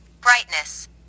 Brightness